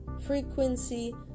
frequency